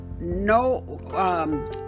no